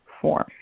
form